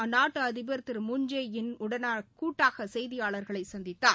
அந்நாட்டு அதிபர் திரு மூன் ஜே இன் உடன் கூட்டாக செய்தியாளர்களை சந்தித்தார்